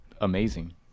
amazing